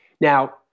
Now